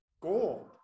gold